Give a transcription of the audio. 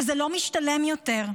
שזה לא משתלם יותר.